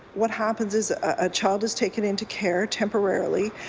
what happens is a child is taken into care temporarily.